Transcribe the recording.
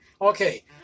Okay